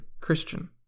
Christian